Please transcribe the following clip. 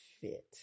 fit